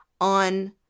on